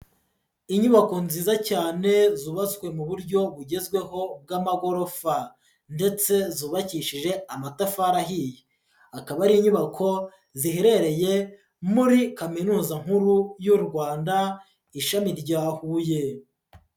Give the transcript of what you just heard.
Inyubako nziza cyane zubatswe mu buryo bugezweho bw'amagorofa ndetse zubakishije amatafari ahiye, akaba ari inyubako ziherereye muri Kaminuza nkuru y'u Rwanda ishami rya Huye.